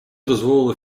дозволило